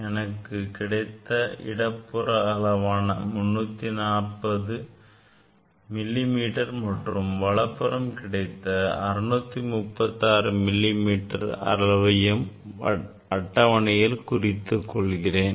எனவே எனக்கு கிடைத்த இடப்புற அளவான 340 மில்லிமீட்டர் மற்றும் வலப்புறத்தில் கிடைத்த 636 மில்லிமீட்டர் அளவையும் அட்டவணையில் குறித்துக் கொள்கிறேன்